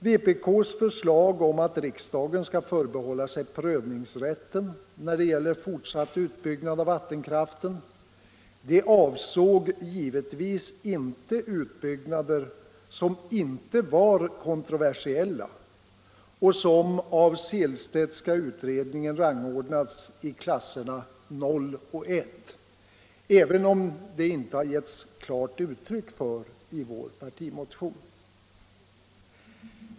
Vpk:s förslag att riksdagen skall förbehålla sig prövningsrätten när det gäller fortsatt utbyggnad av vattenkraften avsåg givetvis inte utbyggnader som inte var kontroversiella och som av Sehlstedtska utredningen rangordnats i klasserna 0 och I, även om det inte klart kommit till uttryck i vår partimotion.